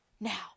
Now